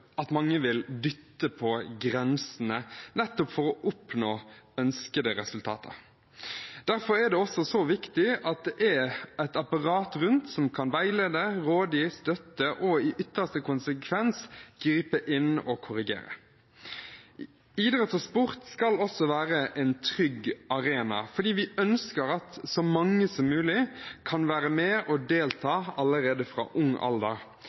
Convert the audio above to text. at mange vil dytte på grensene, nettopp for å oppnå ønskede resultater. Derfor er det også viktig at det er et apparat rundt som kan veilede, gi råd, støtte og i ytterste konsekvens gripe inn og korrigere. Idrett og sport skal også være en trygg arena, for vi ønsker at så mange som mulig kan være med og delta allerede fra ung alder.